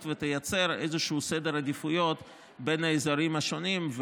ותייצר איזשהו סדר עדיפויות בין האזורים השונים,